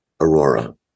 Aurora